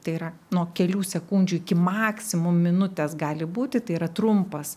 tai yra nuo kelių sekundžių iki maksimum minutės gali būti tai yra trumpas